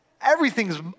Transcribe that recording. everything's